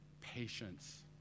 patience